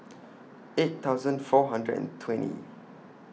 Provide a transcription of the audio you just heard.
eight thousand four hundred and twenty